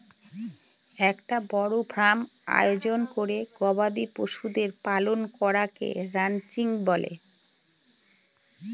একটা বড় ফার্ম আয়োজন করে গবাদি পশুদের পালন করাকে রানচিং বলে